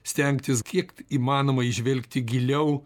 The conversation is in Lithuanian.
stengtis kiek įmanoma įžvelgti giliau